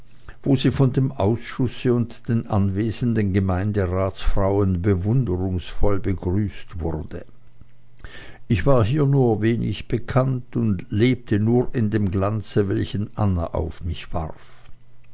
wo sie von dem ausschusse und den anwesenden gemeinderatsfrauen bewunderungsvoll begrüßt wurde ich war hier nur wenig bekannt und lebte nur in dem glanze welchen anna auf mich warf